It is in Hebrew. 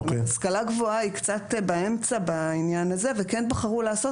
השכלה גבוהה היא קצת באמצע בעניין הזה וכן בחרו לעשות